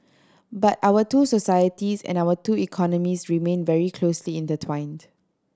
but our two societies and our two economies remained very closely intertwined